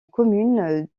commune